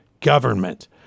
government